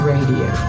Radio